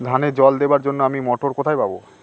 ধানে জল দেবার জন্য আমি মটর কোথায় পাবো?